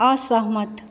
असहमत